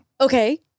Okay